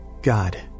god